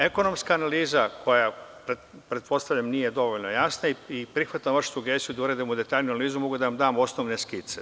Ekonomska analiza koja pretpostavljam nije dovoljno jasna i prihvatam vašu sugestiju da uradimo detaljniju analizu, mogu da vam dam osnovne skice.